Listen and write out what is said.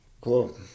Cool